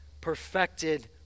perfected